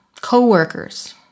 co-workers